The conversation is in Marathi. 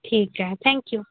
ठीक आहे थँक्यू